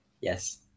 yes